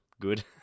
good